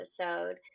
episode